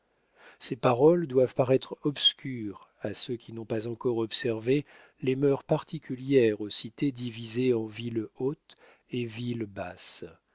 ces paroles doivent paraître obscures à ceux qui n'ont pas encore observé les mœurs particulières aux cités divisées en ville haute et ville basse